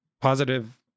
positive